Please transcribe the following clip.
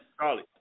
Charlie